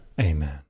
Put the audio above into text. Amen